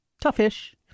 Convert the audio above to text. toughish